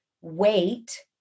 Wait